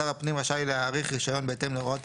שר הפנים רשאי להאריך רישיון בהתאם להוראות